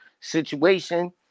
situation